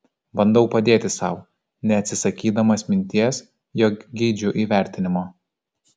bandau padėti sau neatsisakydamas minties jog geidžiu įvertinimo